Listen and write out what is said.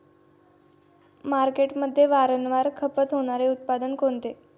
मार्केटमध्ये वारंवार खपत होणारे उत्पादन कोणते?